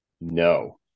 No